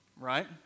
right